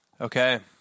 Okay